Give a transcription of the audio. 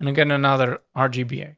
and again another um rgb yeah a